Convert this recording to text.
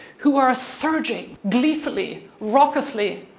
who are surging gleefully, raucously,